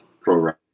program